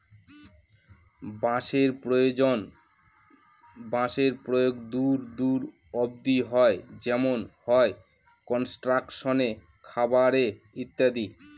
বাঁশের প্রয়োগ দূর দূর অব্দি হয় যেমন হয় কনস্ট্রাকশনে, খাবারে ইত্যাদি